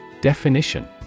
Definition